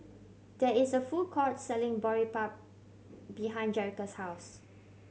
there is a food court selling Boribap behind Jerrica's house